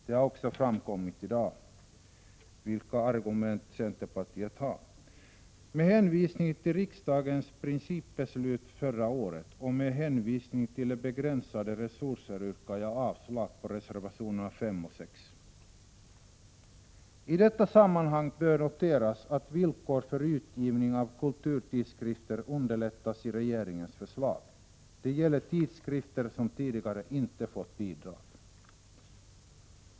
Det har också i dag framgått vilka argument centerpartiet har. Med hänvisning till riksdagens principbeslut förra året och till de begränsade resurserna yrkar jag avslag på reservationerna 5 och 6. I detta sammanhang bör noteras att utgivning av kulturtidskrifter underlättas i regeringens förslag. Det gäller tidskrifter som tidigare inte fått bidrag.